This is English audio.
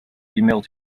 female